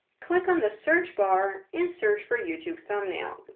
click on the search bar, and search for youtube thumbnail.